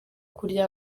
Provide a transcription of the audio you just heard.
kurya